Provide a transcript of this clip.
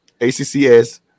ACCS